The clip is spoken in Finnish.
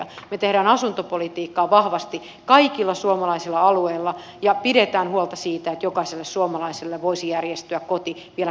me teemme asuntopolitiikkaa vahvasti kaikilla suomalaisilla alueilla ja pidämme huolta siitä että jokaiselle suomalaiselle voisi järjestyä koti vielä kohtuuhintaan